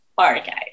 Okay